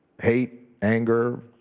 hate, anger,